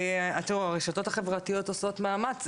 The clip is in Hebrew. תראו הרשתות החברתיות עושות מאמץ,